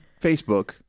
Facebook